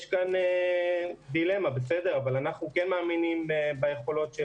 יש כאן דילמה אבל אנחנו כן מאמינים ביכולות של